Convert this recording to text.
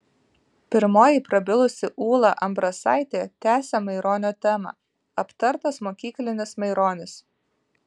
pirmoji prabilusi ūla ambrasaitė tęsė maironio temą aptartas mokyklinis maironis